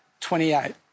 28